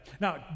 now